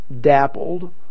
dappled